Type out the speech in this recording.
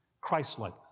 Christ-like